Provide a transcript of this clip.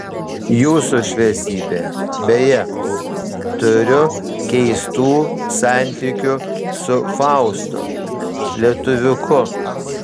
jūsų šviesybe beje turiu keistų santykių su faustu lietuviuku